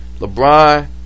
LeBron